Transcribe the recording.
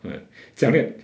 讲点